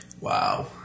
Wow